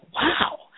wow